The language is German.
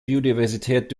biodiversität